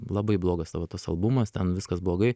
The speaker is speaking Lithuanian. labai blogas tavo tas albumas ten viskas blogai